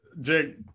Jake